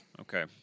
Okay